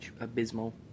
abysmal